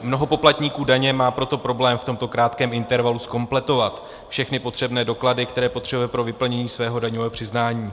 Mnoho poplatníků daně má proto problém v tomto krátkém intervalu zkompletovat všechny potřebné doklady, které potřebuje pro vyplnění svého daňového přiznání.